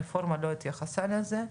הרפורמה לא התייחסה לזה,